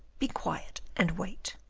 be quiet, and wait.